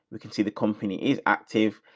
we can see the company is active.